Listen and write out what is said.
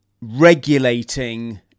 regulating